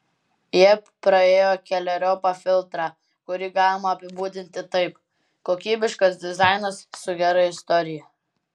jie praėjo keleriopą filtrą kurį galima apibūdinti taip kokybiškas dizainas su gera istorija